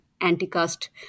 anti-caste